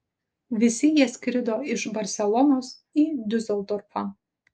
visi jie skrido iš barselonos į diuseldorfą